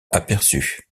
aperçu